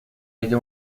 ella